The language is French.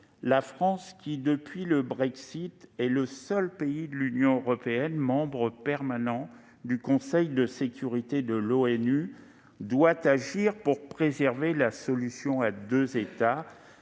La France qui, depuis le Brexit, est le seul pays de l'Union européenne à être membre permanent du Conseil de sécurité de l'ONU, doit agir pour préserver la solution à deux États,